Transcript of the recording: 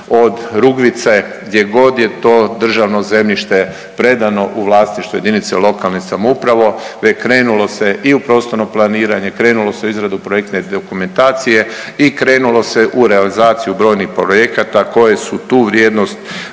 od Rugvice, gdje god je to državno zemljište predano u vlasništvo jedinice lokalne samouprave krenulo se i u prostorno planiranje, krenulo se u izradu projektne dokumentacije i krenulo se u realizaciju brojnih projekata koje su tu vrijednost